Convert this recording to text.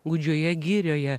gūdžioje girioje